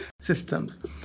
systems